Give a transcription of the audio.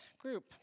group